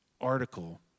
article